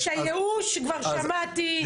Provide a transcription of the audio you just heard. שיש ייאוש כבר שמעתי.